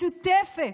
משותפת,